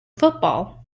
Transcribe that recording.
football